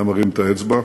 הוא היה מרים את האצבע,